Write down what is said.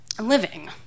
living